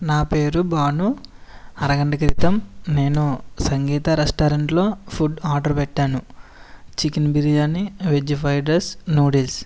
నా పేరు బాను అరగంట క్రితం నేను సంగీత రెస్టారెంట్లో ఫుడ్ ఆర్డర్ పెట్టాను chicken biryani veg fried rice noodles